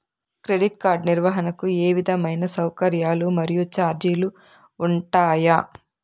Credit card నిర్వహణకు ఏ విధమైన సౌకర్యాలు మరియు చార్జీలు ఉంటాయా?